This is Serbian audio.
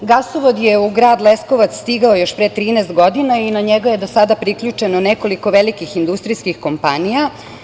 Gasovod je u grad Leskovac stigao još pre 13 godina i na njega je do sada priključeno nekoliko velikih industrijskih kompanija.